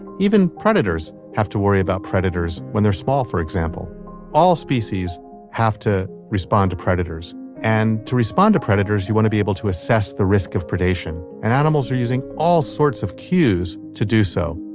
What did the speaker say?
even predators have to worry about predators when they're small for example all species have to respond to predators and to respond to predators, you want to be able to assess the risk of predation and animals are using all sorts of cues to do so